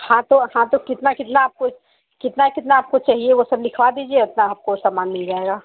हाँ तो हाँ तो कितना कितना आपको कितना कितना आपको चाहिए वह सब लिखवा दीजिए उतना आपको सामान मिल जाएगा